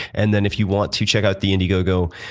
and then if you want to check out the indiegogo